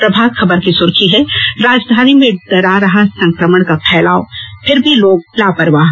प्रभात खबर की सुर्खी है राजधानी में डरा रहा संकमण का फैलाव फिर भी लोग लापरवाह